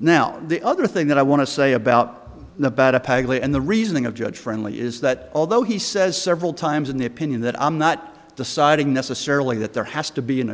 now the other thing that i want to say about the better paglia and the reasoning of judge friendly is that although he says several times in the opinion that i'm not deciding necessarily that there has to be an